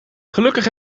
gelukkig